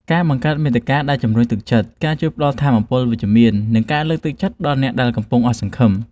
ការបង្កើតមាតិកាដែលជម្រុញទឹកចិត្ត ជួយផ្តល់ថាមពលវិជ្ជមាន និងការលើកទឹកចិត្តដល់អ្នកដែលកំពុងអស់សង្ឃឹម។